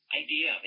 idea